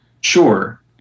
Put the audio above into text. sure